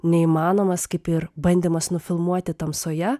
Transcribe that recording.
neįmanomas kaip ir bandymas nufilmuoti tamsoje